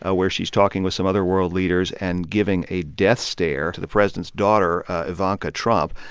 ah where she's talking with some other world leaders and giving a death stare to the president's daughter, ivanka trump.